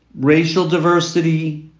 racial diversity,